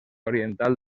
oriental